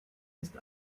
ist